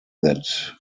that